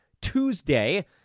Tuesday